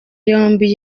yombi